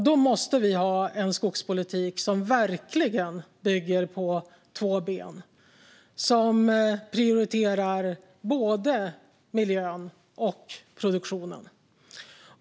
Då måste vi ha en skogspolitik som verkligen bygger på två ben, som prioriterar både miljön och produktionen.